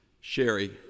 Sherry